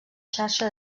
xarxa